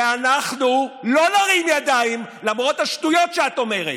ואנחנו לא נרים ידיים למרות השטויות שאת אומרת.